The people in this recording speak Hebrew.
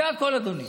זה הכול, אדוני.